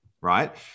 right